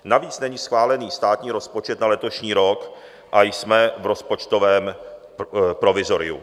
Navíc není schválen státní rozpočet na letošní rok a jsme v rozpočtovém provizoriu.